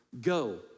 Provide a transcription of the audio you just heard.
go